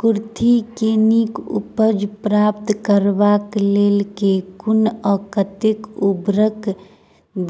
कुर्थी केँ नीक उपज प्राप्त करबाक लेल केँ कुन आ कतेक उर्वरक